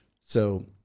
So-